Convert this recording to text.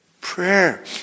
Prayer